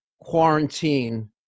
quarantine